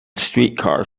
streetcar